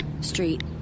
Street